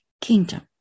kingdom